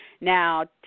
Now